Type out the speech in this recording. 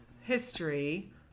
history